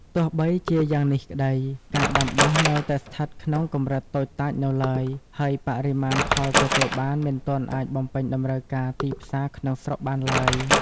ទោះបីជាយ៉ាងនេះក្តី ការដាំដុះនៅតែស្ថិតក្នុងកម្រិតតូចតាចនៅឡើយ ហើយបរិមាណផលទទួលបានមិនទាន់អាចបំពេញតម្រូវការទីផ្សារក្នុងស្រុកបានឡើយ។